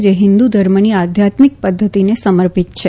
જે હિંદુધર્મની આધ્યારંત્મક પધ્ધતિને સમર્પિત છે